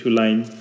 line